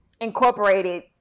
incorporated